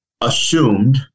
assumed